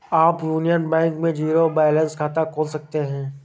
आप Union Bank में zero balance खाता खोल सकते हैं